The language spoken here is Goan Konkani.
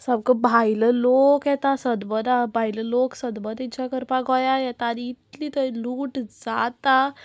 सामको भायलो लोक येता सदमत भायलो लोक सदमत करपाक गोंयान येता आनी इतली थंय लूट जाता